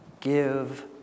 give